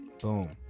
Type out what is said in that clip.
Boom